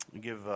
Give